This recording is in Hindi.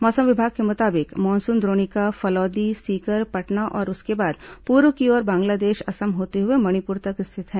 मौसम विभाग के मुताबिक मानसून द्रोणिका फलौदी सीकर पटना और उसके बाद पूर्व की ओर बांग्लादेश असम होते हुए मणिपुर तक स्थित है